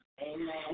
Amen